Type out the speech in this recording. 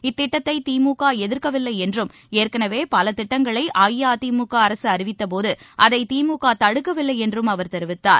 இத்திட்டத்தை திமுக எதிர்க்கவில்லை என்றும் ஏற்கனவே பல திட்டங்களை அஇஅதிமுக அரசு அறிவித்த போது அதை திமுக தடுக்கவில்லை என்றும் அவர் தெரிவித்தார்